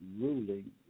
ruling